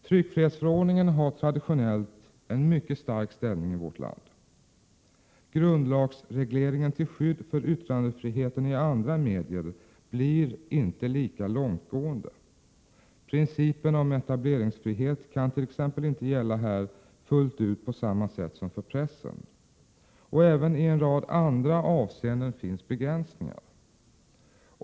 Tryckfrihetsförordningen har traditionellt en mycket stark ställning i vårt land. Grundlagsregleringen till skydd för yttrandefriheten i andra medier blir inte lika långtgående. Principen om etableringsfrihet kan t.ex. inte gälla fullt ut på samma sätt som för pressen. Även i en rad andra avseenden finns begränsningar.